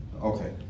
Okay